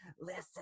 Listen